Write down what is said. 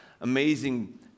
amazing